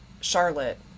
Charlotte